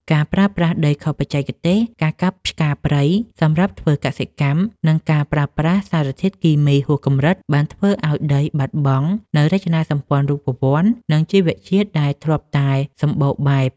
ការប្រើប្រាស់ដីខុសបច្ចេកទេស ការកាប់ឆ្ការព្រៃសម្រាប់ធ្វើកសិកម្ម និងការប្រើប្រាស់សារធាតុគីមីហួសកម្រិត បានធ្វើឱ្យដីបាត់បង់នូវរចនាសម្ព័ន្ធរូបវន្ត និងជីវជាតិដែលធ្លាប់តែសម្បូរបែប។